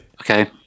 okay